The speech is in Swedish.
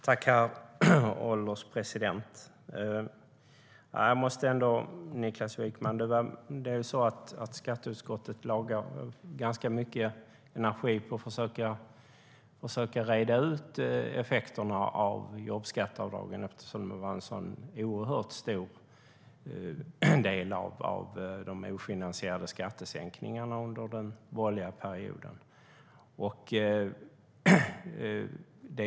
Herr ålderspresident! Jag måste säga till Niklas Wykman att skatteutskottet lade ganska mycket energi på att försöka reda ut effekterna av jobbskatteavdragen, eftersom de var en oerhört stor del av de ofinansierade skattesänkningarna under den borgerliga perioden.